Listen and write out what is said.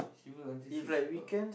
she work until six o-clock